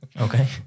Okay